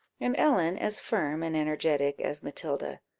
and ellen as firm and energetic as matilda.